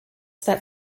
that